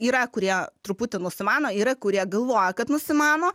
yra kurie truputį nusimano yra kurie galvoja kad nusimano